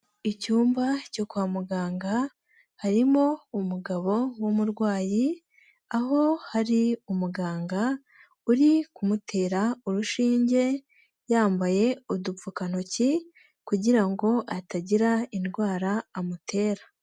Icyumba cyo kwa muganga, harimo umugabo w'umurwayi, aho hari umuganga, uri kumutera urushinge, yambaye udupfukantoki, kugira ngo atagira indwara amutera.